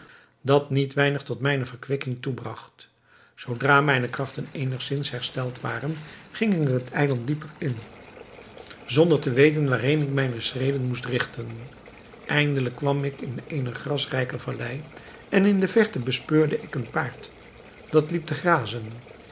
dat niet weinig tot mijne verkwikking toebragt zoodra mijne krachten eenigzins hersteld waren ging ik het eiland dieper in zonder te weten waarheen ik mijne schreden moest rigten eindelijk kwam ik in eene grasrijke vallei en in de verte bespeurde ik een paard dat liep te grazen